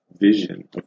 vision